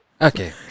Okay